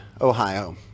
Ohio